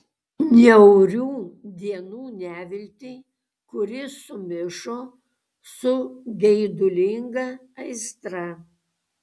niaurių dienų neviltį kuri sumišo su geidulinga aistra